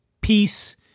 peace